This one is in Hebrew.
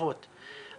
בוקר טוב לכולם,